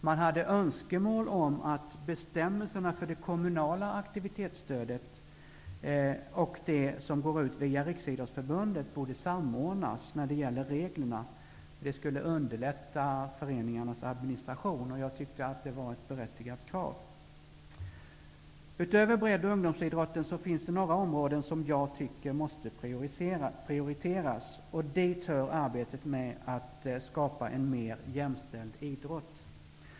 Man hade önskemål om att bestämmelserna för det kommunala aktivitetsstödet och för det stöd som går ut via Riksidrottsförbundet skulle samordnas. Det skulle underlätta föreningarnas administration. Jag tyckte att det var ett berättigat krav. Utöver bredd och ungdomsidrotten finns det några områden som jag tycker måste prioriteras. Dit hör arbetet med att skapa en mer jämställd idrott.